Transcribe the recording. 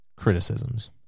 Criticisms